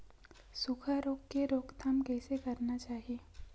सुखा रोग के रोकथाम कइसे करना चाही?